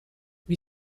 wie